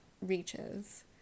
reaches